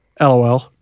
LOL